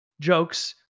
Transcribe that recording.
jokes